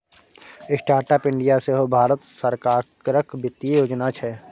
startup India सेहो भारत सरकारक बित्तीय योजना छै